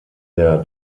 der